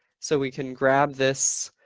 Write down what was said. so we can grab this